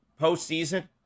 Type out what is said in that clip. postseason